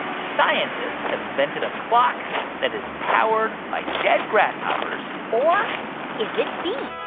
scientists have invented a clock that is powered by dead grasshoppers? or is it b,